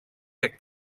jak